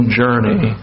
journey